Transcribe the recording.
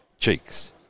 Cheeks